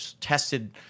tested